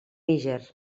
níger